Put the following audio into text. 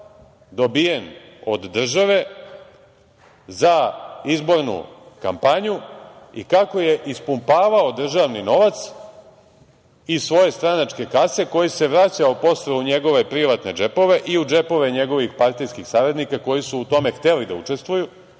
dobijen od države za izbornu kampanju i kako je ispumpavao državni novac iz svoje stranačke kase, koji se vraćao posle u njegove privatne džepove i u džepove njegovih partijskih saradnika, koji su u tome hteli da učestvuju.